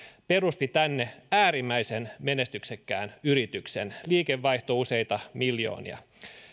perusti tänne äärimmäisen menestyksekkään yrityksen liikevaihto useita miljoonia